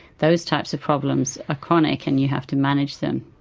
those types of problems are chronic and you have to manage them.